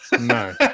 No